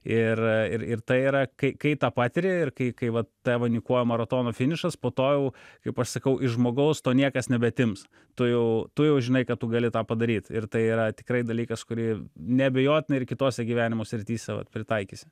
ir ir ir tai yra kai kai tą patį ir kai kai vat ta vainikuoja maratono finišas po to jau kaip aš sakau iš žmogaus to niekas nebeatims tu jau tu jau žinai kad tu gali tą padaryt ir tai yra tikrai dalykas kurį neabejotinai ir kitose gyvenimo srityse vat pritaikysi